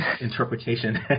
interpretation